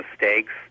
mistakes